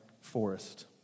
forest